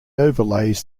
overlays